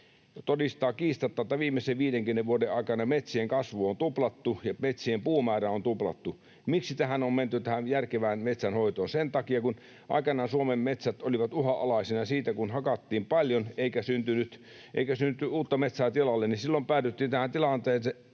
todistaa kiistatta, että viimeisen 50 vuoden aikana metsien kasvu on tuplattu ja metsien puumäärä on tuplattu. Miksi on menty tähän järkevään metsänhoitoon? Sen takia, kun aikanaan Suomen metsät olivat uhanalaisena, kun hakattiin paljon eikä syntynyt uutta metsää tilalle. Silloin päädyttiin tähän tilanteeseen,